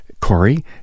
Corey